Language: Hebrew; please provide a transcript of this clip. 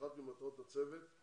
אחת ממטרות הצוות זה